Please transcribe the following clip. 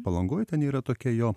palangoj ten yra tokia jo